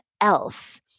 else